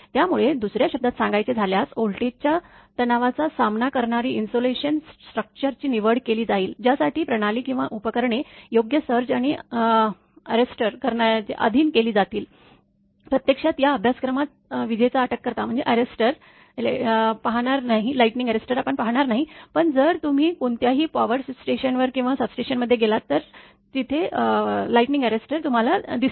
त्यामुळे दुस या शब्दांत सांगायचे झाल्यास व्होल्टेजच्या तणावाचा सामना करणारी इन्सुलेशन स्ट्रक्चरची निवड केली जाईल ज्यासाठी प्रणाली किंवा उपकरणे योग्य सर्ज अटक करणाऱ्याच्या अधीन केली जातील प्रत्यक्षात या अभ्यासक्रमात विजेचा अटककर्ता पहानार नाही पण जर तुम्ही कोणत्याही पॉवर स्टेशनवर किंवा सबस्टेशनमध्ये गेलात तर विजेचा अटककर्ता तम्हाला दिसेल